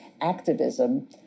activism